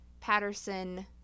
Patterson